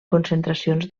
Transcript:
concentracions